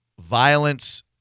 violence